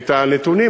את הנתונים,